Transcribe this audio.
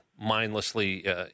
mindlessly